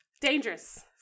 dangerous